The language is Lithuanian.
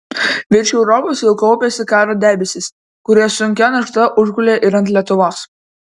virš europos jau kaupėsi karo debesys kurie sunkia našta užgulė ir ant lietuvos